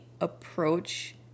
approach